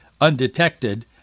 undetected